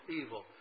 evil